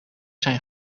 zijn